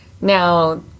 Now